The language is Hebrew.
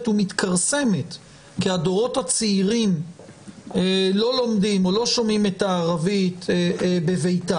ומתכרסמת כי הדורות הצעירים לא לומדים או לא שומעים את הערבית בביתם,